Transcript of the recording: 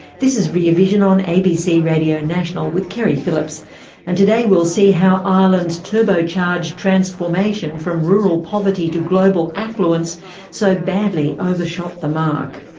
this is rear vision on abc radio national with keri phillips and today we'll see how ireland's turbocharged transformation from rural poverty to global affluence so badly overshot the mark.